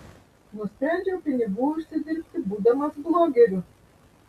nusprendžiau pinigų užsidirbti būdamas blogeriu